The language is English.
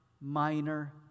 minor